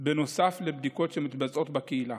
נוסף לבדיקות שמתבצעות בקהילה.